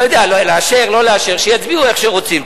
לא יודע, לאשר, לא לאשר, שיצביעו איך שרוצים.